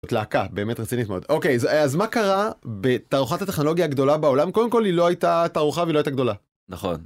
להקה באמת רצינית מאוד. אוקיי, אז מה קרה בתערוכת הטכנולוגיה הגדולה בעולם? קודם כל, היא לא הייתה תערוכה והיא לא הייתה גדולה. -נכון.